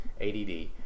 ADD